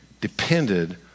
depended